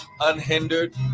unhindered